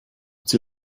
sie